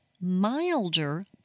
milder